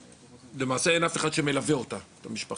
אין למעשה אף אחד שמלווה את המשפחה.